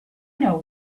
know